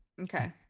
okay